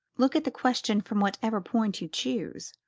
look at the question from whatever point you chose.